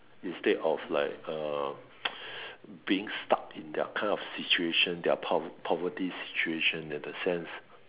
instead of like uh being stuck in their kind of situation their pov~ poverty situation in a sense